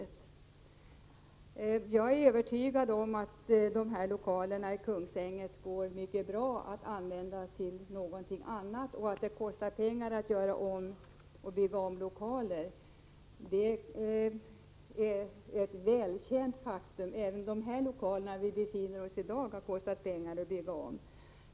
Jag är övertygad om att lokalerna i Kungsängen går mycket bra att använda till något annat. Att det kostar pengar att bygga om lokaler är ett välkänt faktum. Även de lokaler där vi befinner oss i dag har kostat pengar att bygga om.